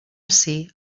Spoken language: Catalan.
ací